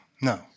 no